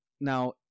Now